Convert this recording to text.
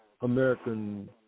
American